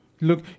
Look